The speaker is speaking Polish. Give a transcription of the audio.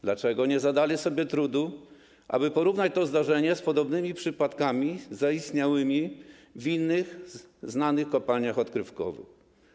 Dlaczego nie zadali sobie trudu, aby porównać to zdarzenie z podobnymi przypadkami zaistniałymi w innych znanych kopalniach odkrywkowych?